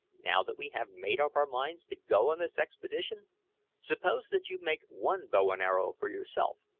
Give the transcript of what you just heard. now that we have made up our minds to go on this expedition suppose that you make one bow and arrow for yourself,